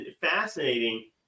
fascinating